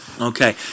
Okay